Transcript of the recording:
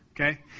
okay